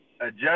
adjust